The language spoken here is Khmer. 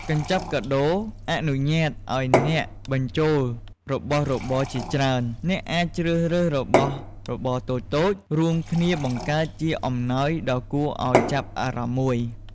កញ្ចប់កាដូអនុញ្ញាតឱ្យអ្នកបញ្ចូលរបស់របរជាច្រើន អ្នកអាចជ្រើសរើសរបស់របរតូចៗ រួមគ្នាបង្កើតជាអំណោយដ៏គួរឱ្យចាប់អារម្មណ៍មួយ។